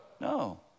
No